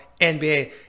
NBA